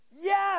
Yes